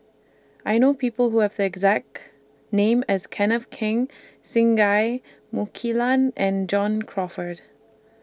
I know People Who Have The exact name as Kenneth Keng Singai Mukilan and John Crawfurd